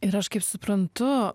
ir aš kaip suprantu